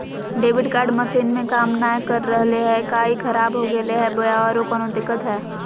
Debit card machine में काम नाय कर रहले है, का ई खराब हो गेलै है बोया औरों कोनो दिक्कत है?